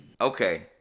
Okay